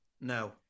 No